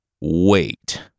Wait